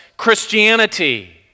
Christianity